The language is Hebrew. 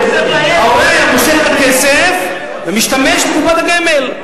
ההורה היה מושך את הכסף ומשתמש בקופת הגמל.